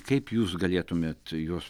kaip jūs galėtumėt juos